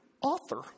author